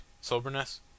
soberness